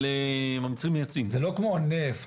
זה לא כמו נפט.